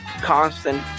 Constant